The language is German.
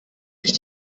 sich